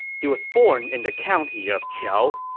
he was born in the county of qiao,